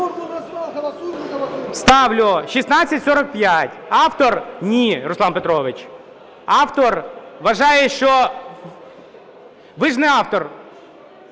Ставлю 1645. Ні, Руслан Петрович. Автор вважає, що… Ви ж не автор,